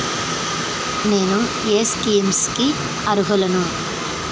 నేను ఏ స్కీమ్స్ కి అరుహులను?